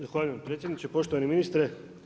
Zahvaljujem predsjedniče, poštovani ministre.